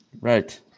Right